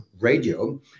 radio